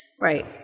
Right